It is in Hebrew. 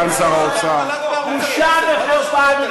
סגן שר האוצר, בושה וחרפה.